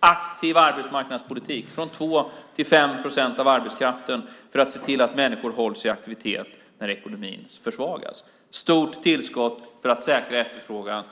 Det handlar om en aktiv arbetsmarknadspolitik, från 2 till 5 procent av arbetskraften, för att se till att människor hålls i aktivitet när ekonomin försvagas. Det handlar om ett stort tillskott till kommunsektorn för att säkra efterfrågan.